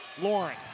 Lauren